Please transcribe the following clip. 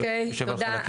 אוקיי, תודה.